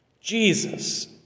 Jesus